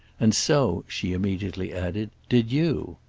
and so, she immediately added, did you.